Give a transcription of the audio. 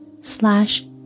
slash